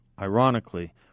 ironically